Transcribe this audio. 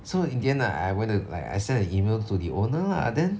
so in the end I I went to like I sent an email to the owner lah then